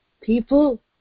people